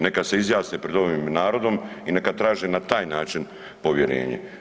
Neka se izjasne pred ovim narodom i neka traže na taj način povjerenje.